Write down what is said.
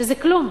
שזה כלום.